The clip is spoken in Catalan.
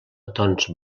tons